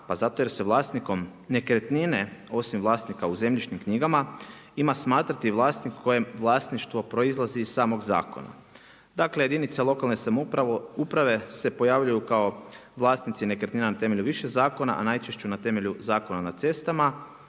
pa zato jer se vlasnikom nekretnine, osim vlasnikom u zemljišnim knjigama ima smatrati vlasnik, kojem vlasništvo proizlazi iz samog zakona. Dakle, jedinice lokalne samouprave se pojavljuju kao vlasnici nekretnina temeljem više zakona, a najčešće na temelju Zakona na cestama.